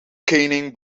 caning